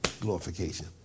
glorification